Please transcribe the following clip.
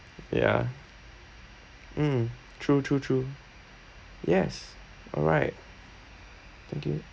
ya mm true true true yes alright thank you